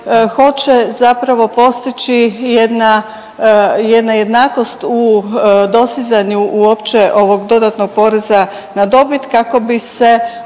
hoće zapravo postići jedna jednakost u dosizanju uopće ovog dodatnog poreza na dobit kako bi se